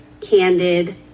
Candid